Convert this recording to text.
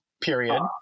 period